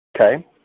Okay